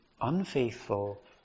unfaithful